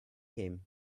him